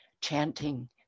chanting